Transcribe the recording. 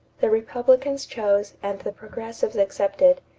the republicans chose, and the progressives accepted,